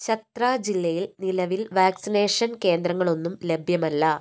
ഛത്ര ജില്ലയിൽ നിലവിൽ വാക്സിനേഷൻ കേന്ദ്രങ്ങളൊന്നും ലഭ്യമല്ല